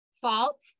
fault